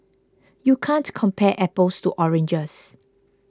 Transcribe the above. you can't compare apples to oranges